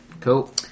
Cool